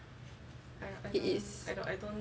it is